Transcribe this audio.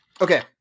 Okay